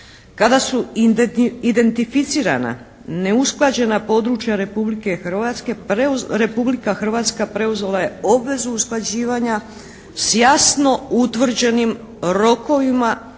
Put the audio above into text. kada su identificirana neusklađena područja Republike Hrvatske, Republika Hrvatska preuzela je obvezu usklađivanja s jasno utvrđenim rokovima